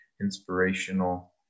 inspirational